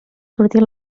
sortir